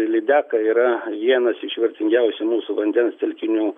lydeka yra vienas iš vertingiausių mūsų vandens telkinių